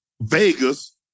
Vegas